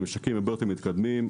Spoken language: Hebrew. בממשקים הרבה יותר מתקדמים.